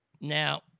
Now